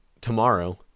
tomorrow